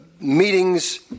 meetings